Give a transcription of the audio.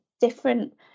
different